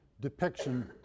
depiction